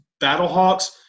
Battlehawks